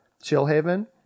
Chillhaven